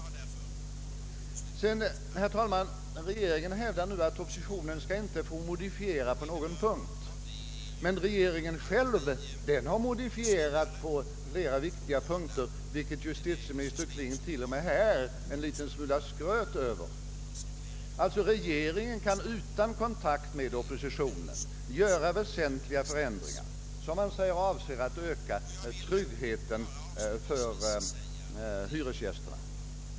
Vidare, herr talman: Regeringen hävdar nu att oppositionen inte skall få modifiera utredningens inställning på någon punkt. Regeringen har dock själv modifierat dennas uppfattning på flera viktiga punkter, vilket justitieminister Kling i sitt anförande t.o.m. skröt en smula över. Regeringen kan alltså utan kontakt med oppositionen vidtaga väsentliga förändringar i utredningens ståndpunkt, vilka man säger avser att öka tryggheten för hyresgästerna.